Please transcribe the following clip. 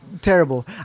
Terrible